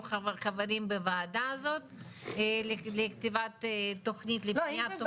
יהיה בוועדה הזו שמקבלת עכשיו את כתבי